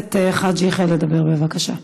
הכנסת חאג' יחיא לדבר, בבקשה.